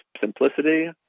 simplicity